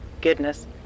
Goodness